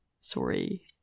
Sorry